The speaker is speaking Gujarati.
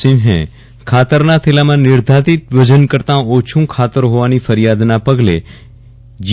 સિંહે ખાતરના થેલામાં નિર્ધારિત વજન કરતાં ઓછૂં ખાતર હોવાની ફરિયાદના પગલે જી